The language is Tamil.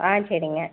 ஆ சரிங்க